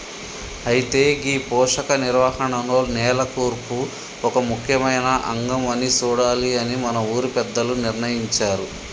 అయితే గీ పోషక నిర్వహణలో నేల కూర్పు ఒక ముఖ్యమైన అంగం అని సూడాలి అని మన ఊరి పెద్దలు నిర్ణయించారు